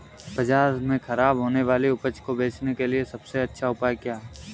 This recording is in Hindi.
बाजार में खराब होने वाली उपज को बेचने के लिए सबसे अच्छा उपाय क्या है?